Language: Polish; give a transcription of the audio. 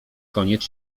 koniec